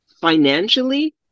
financially